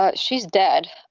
ah she's dead.